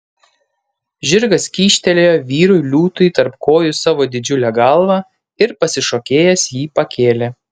žirgas kyštelėjo vyrui liūtui tarp kojų savo didžiulę galvą ir pasišokėjęs jį pakėlė